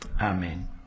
Amen